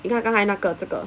刚才那个这个